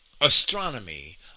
astronomy